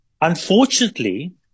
Unfortunately